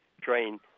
train